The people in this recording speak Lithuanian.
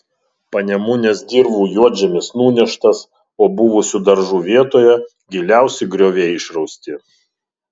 panemunės dirvų juodžemis nuneštas o buvusių daržų vietoje giliausi grioviai išrausti